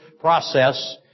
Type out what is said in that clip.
process